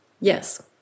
Yes